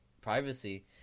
privacy